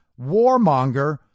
warmonger